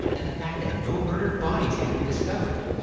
and the fact that no murdered bodies had been discovered,